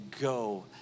go